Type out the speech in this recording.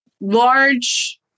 large